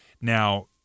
Now